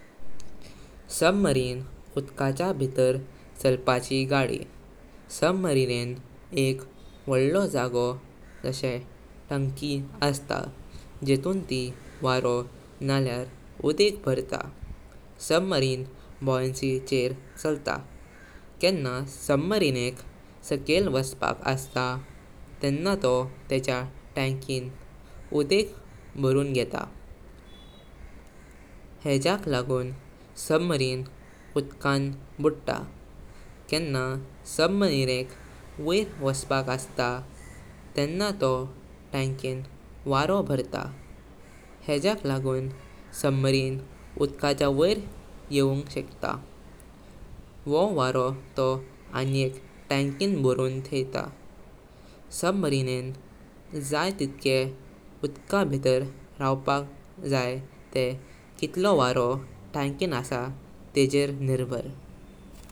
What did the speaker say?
Submarine उदकाच्या भितर चलपाची गाडी। सुबमरीनें एक वडलो जागो जाबे टंकी असता जेतून ती वरो नळीर उदिक भरता। सुबमरिन बॉयन्सी चेर चालता। केंना सुबमरिनेक साकेल वास्पक असता तेंना तो तेज़ा टंकीन उदिक बारून गेतां। हेजाक लागून सुबमरिन उदकां बुडता। केंना सुबमरिनेक वैर वास्पक असता तेंना तो टंकीन वरो भरात। हेजाक लागून सुबमरिन उदकाचा वैर येवुंग शकता। वो वरो तो अनियेक टंकीन भोरून ठेईता। सुबमरिनेक जाई तितके उदका भितर रावपाक जाई ते कितलो वरो टंकीन आसा तेजेर निर्भर।